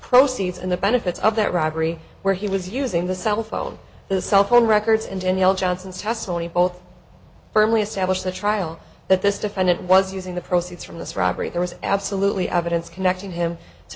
proceeds and the benefits of that robbery where he was using the cell phone the cell phone records and yell johnson's testimony both firmly established the trial that this defendant was using the proceeds from this robbery there was absolutely evidence connecting him to